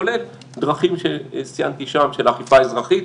כולל דרכים שסימנתי שם של אכיפה אזרחית,